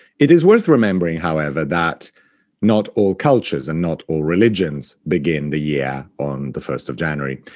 it is worth remembering, however, that not all cultures and not all religions begin the year on the first of january.